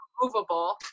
removable